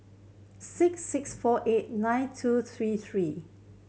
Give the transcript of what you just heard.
six six four eight nine two three three